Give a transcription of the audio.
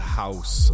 house